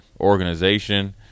organization